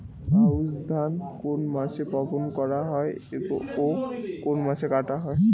আউস ধান কোন মাসে বপন করা হয় ও কোন মাসে কাটা হয়?